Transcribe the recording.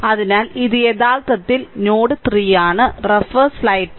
അതിനാൽ ഇത് യഥാർത്ഥത്തിൽ ഇത് നോഡ് 3 ആണ്